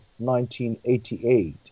1988